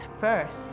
first